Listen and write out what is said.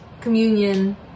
communion